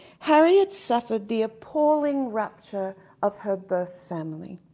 harriet suffered the appalling rapture of her birth family.